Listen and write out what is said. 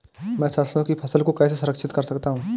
मैं सरसों की फसल को कैसे संरक्षित कर सकता हूँ?